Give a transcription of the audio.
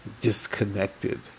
disconnected